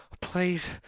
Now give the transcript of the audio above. please